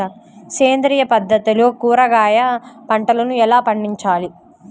సేంద్రియ పద్ధతుల్లో కూరగాయ పంటలను ఎలా పండించాలి?